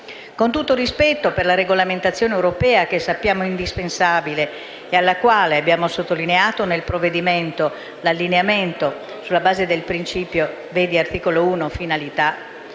Con tutto il rispetto per la regolamentazione europea, che sappiamo indispensabile e alla quale abbiamo sottolineato nel provvedimento l'allineamento sulla base del principio contenuto nell'articolo 1 («Finalità»),